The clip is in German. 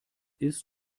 ist